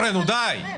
חבר'ה, די.